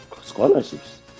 scholarships